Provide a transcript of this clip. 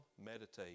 meditate